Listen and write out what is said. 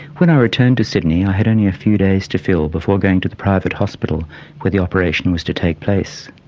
when i returned to sydney i had only a few days to fill before going to the private hospital where the operation was to take place.